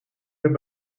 meer